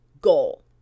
goal